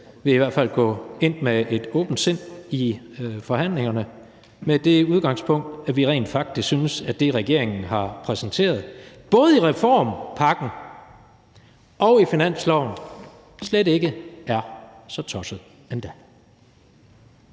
Vi vil i hvert fald gå ind i forhandlingerne med et åbent sind med det udgangspunkt, at vi rent faktisk synes, at det, regeringen har præsenteret både i reformpakken og i finansloven, slet ikke er så tosset endda.